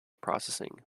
processing